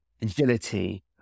agility